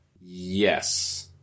Yes